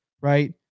right